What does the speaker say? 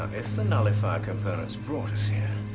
um if the nullifier components brought us here,